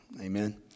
amen